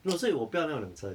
no 所以我不要那种两层